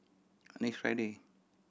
next Friday